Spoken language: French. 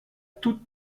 toute